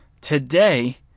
today